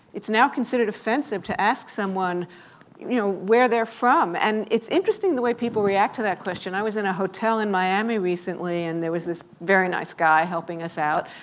it's now considered offensive to ask someone you know where they're from, and it's interesting the way people react to that question. i was in a hotel in miami recently, and there was this very nice guy helping us out.